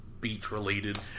beach-related